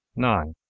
nine.